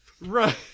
Right